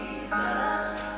Jesus